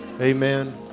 amen